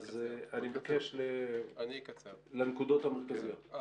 אז אני מבקש לנקודות המצגת.